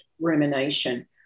rumination